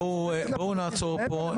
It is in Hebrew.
בואו נעצור פה,